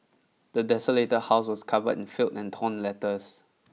the desolated house was covered in filth and torn letters